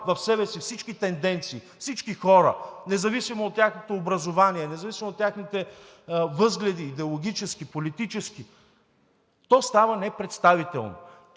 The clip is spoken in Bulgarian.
в себе си всички тенденции, всички хора – независимо от тяхното образование, независимо от техните възгледи: идеологически, политически, той става непредставителен.